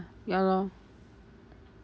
ya lor